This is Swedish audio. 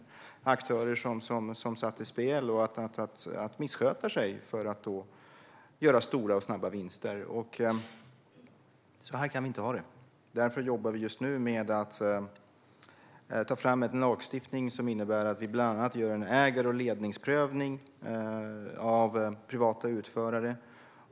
Det är aktörer som har satt i system att missköta sig för att göra stora och snabba vinster. Så här kan vi inte ha det. Därför jobbar vi just nu med att ta fram en lagstiftning som innebär bland annat en ägar och ledningsprövning av privata utförare.